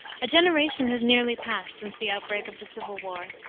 a generation has nearly passed since the outbreak of the civil war,